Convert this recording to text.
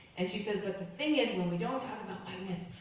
and she says that the thing is when we don't talk about whiteness,